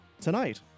Tonight